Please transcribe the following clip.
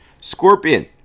Scorpion